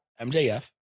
MJF